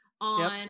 On